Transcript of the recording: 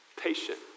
patient